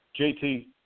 JT